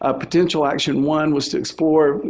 ah potential action one was to explore.